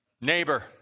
Neighbor